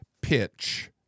pitch